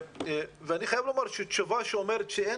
אני חייב לומר שתשובה שאומרת שאין